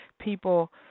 people